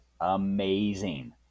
amazing